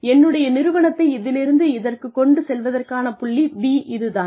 என்னுடைய நிறுவனத்தை இதிலிருந்து இதற்குக் கொண்டு செல்வதற்கான புள்ளி B இது தான்